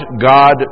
God